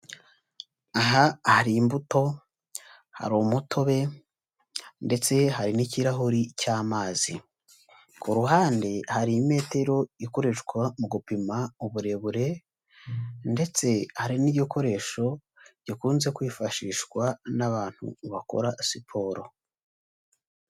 Aha hari imbuto, hari umutobe, ndetse hari n'ikirahuri cy'amazi. Ku ruhande hari imetero ikoreshwa mu gupima uburebure, ndetse hari n'igikoresho gikunze kwifashishwa n'abantu bakora siporo.